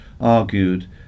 argued